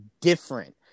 different